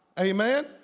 Amen